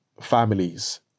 families